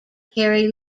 carry